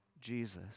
Jesus